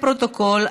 לפרוטוקול,